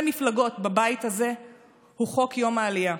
מפלגות בבית הזה הוא חוק יום העלייה.